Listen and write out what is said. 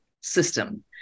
system